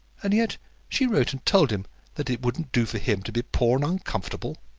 and yet she wrote and told him that it wouldn't do for him to be poor and uncomfortable!